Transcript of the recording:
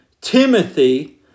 Timothy